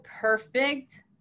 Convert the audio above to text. perfect